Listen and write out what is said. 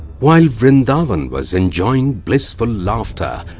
while vrindavan was enjoying blissful laugher,